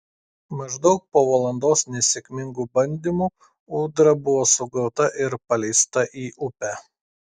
maždaug po valandos nesėkmingų bandymų ūdra buvo sugauta ir paleista į upę